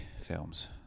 films